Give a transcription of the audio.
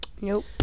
Nope